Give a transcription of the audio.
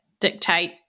dictate